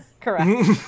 Correct